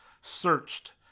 searched